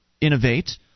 innovate